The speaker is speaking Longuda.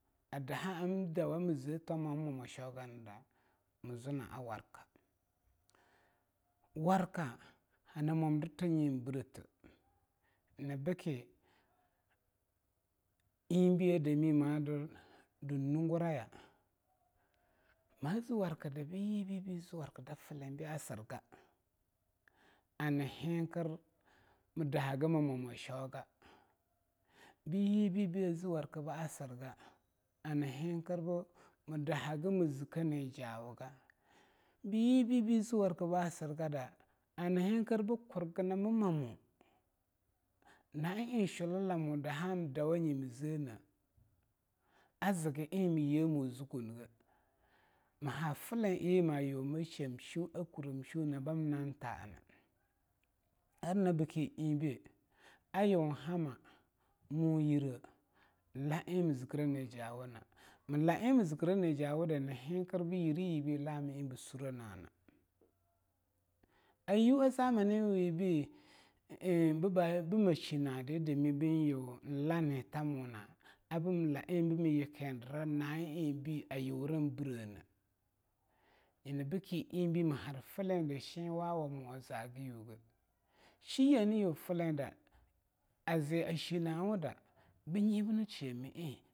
Adaha amdawa amze ttoma am mwa ma shwi ganda mzwan a warka waarka hana mwamdirtane brete nyina bke eingbei madur dun nunguraya, ma zwarkada byibei ba zwarka daflei ba sirga, ahethir mdahaga mmwama shwoga, byibei ba zwarka basirga ahenthir b mdahaga mzke nyi jawuga, byibei ba zwarka ba sirgada ahenthir bkurgnammo na'a eing shulamo adaha am dawanye mzene azga eing myemo zukonge, maha flei yi mayuwama sheim sheon, a kurem sheon na bam nan ta'ana. Ar nyina bke eingbei muyire la'eing mzkre nijawu na mla eing mzkre nijawu da anhenthira byire yibei alama eing bzerenana ayuwa a zamani webei e-eing bbu bmshinada be'adame byiunlanita muna abmla eing bma yikindra na'a eing bei ayuran breneh, nyina bke eing mahar fleida shenwawamo azaggyuge shiye n'yufleida a zai ashinawu da bi ibna shemi'e.